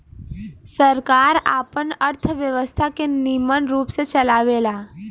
सरकार आपन अर्थव्यवस्था के निमन रूप से चलावेला